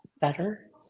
better